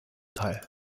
teil